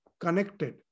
connected